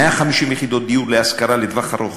150 יחידות דיור להשכרה לטווח ארוך,